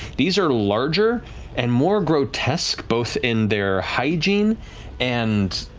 these are larger and more grotesque, both in their hygiene and